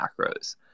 macros